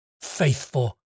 faithful